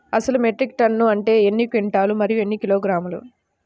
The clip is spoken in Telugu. అసలు మెట్రిక్ టన్ను అంటే ఎన్ని క్వింటాలు మరియు ఎన్ని కిలోగ్రాములు?